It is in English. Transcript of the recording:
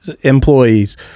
employees